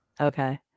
Okay